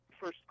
first